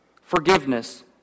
Forgiveness